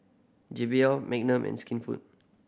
J B L Magnum and Skinfood